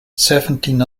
seventeen